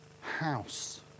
house